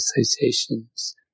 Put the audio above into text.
associations